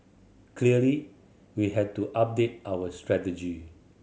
clearly we had to update our strategy